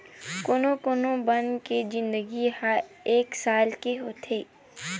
कोनो कोनो बन के जिनगी ह एके साल के होथे